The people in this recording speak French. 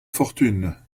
fortune